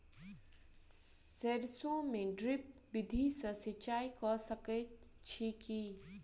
सैरसो मे ड्रिप विधि सँ सिंचाई कऽ सकैत छी की?